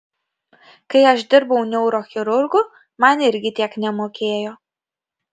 kai aš dirbau neurochirurgu man irgi tiek nemokėjo